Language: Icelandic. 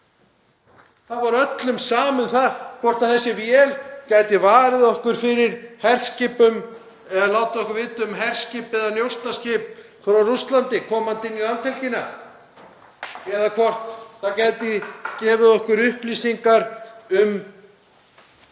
Það var öllum sama um það að þessi vél gæti varið okkur fyrir herskipum eða látið okkur vita um herskip eða njósnaskip frá Rússlandi stímandi inn í landhelgina eða að hún gæti gefið okkur upplýsingar um